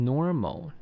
，Normal